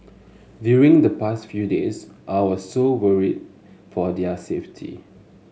during the past few days I was so worried for their safety